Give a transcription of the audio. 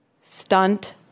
Stunt